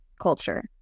culture